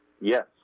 Yes